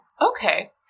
okay